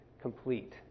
complete